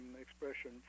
expression